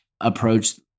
approach